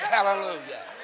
Hallelujah